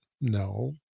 no